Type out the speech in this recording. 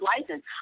license